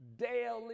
daily